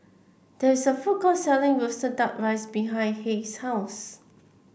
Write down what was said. there is a food court selling roasted duck rice behind Hays' house